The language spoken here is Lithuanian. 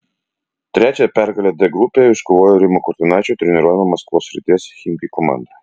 trečiąją pergalę d grupėje iškovojo rimo kurtinaičio treniruojama maskvos srities chimki komanda